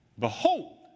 Behold